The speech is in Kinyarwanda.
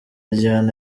gihano